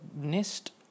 nest